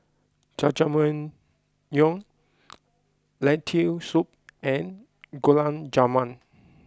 Jajangmyeon Lentil Soup and Gulab Jamun